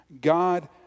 God